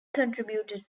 contributed